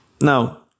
Now